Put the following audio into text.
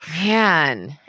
man